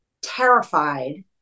terrified